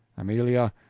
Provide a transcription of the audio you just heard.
amelia,